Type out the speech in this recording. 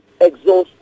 exhausted